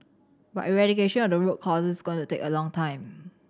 but eradication of the root causes is going to take a long time